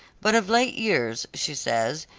but of late years, she says,